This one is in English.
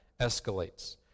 escalates